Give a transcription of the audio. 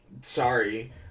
sorry